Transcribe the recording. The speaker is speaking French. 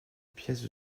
pièces